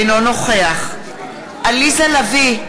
אינו נוכח עליזה לביא,